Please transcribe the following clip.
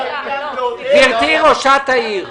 גברתי ראשת העיר,